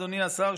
אדוני השר,